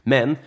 Men